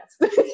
yes